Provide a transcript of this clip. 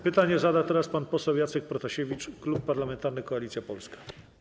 Pytanie zada teraz pan poseł Jacek Protasiewicz, Klub Parlamentarny Koalicja Polska.